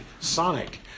Sonic